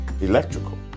electrical